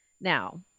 now